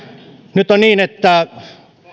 nyt on niin että